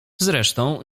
zresztą